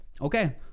Okay